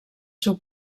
seu